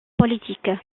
politique